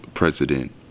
President